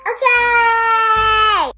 Okay